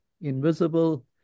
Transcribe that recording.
invisible